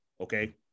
okay